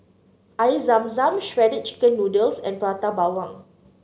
Air Zam Zam Shredded Chicken Noodles and Prata Bawang